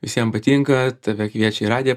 visiem patinka tave kviečia į radiją